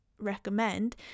Recommend